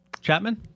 Chapman